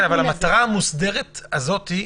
אבל המטרה המוסדרת הזאת,